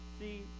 See